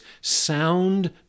sound